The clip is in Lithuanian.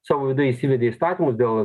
savo yda įsivedė įstatymus dėl